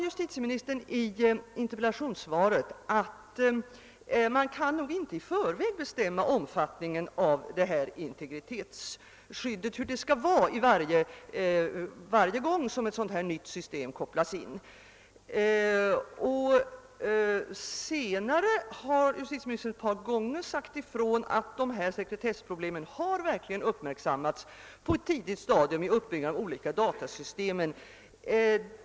Justitieministern sade i interpellationssvaret att man nog inte i förväg kan bestämma omfattningen av integritetsskyddet varje gång ett nytt system kopplas in. Senare i debatten har emellertid justitieministern ett par gånger sagt ifrån att sekretessproblemen verkligen uppmärksammats på ett tidigt stadium vid uppbyggandet av olika datasystem.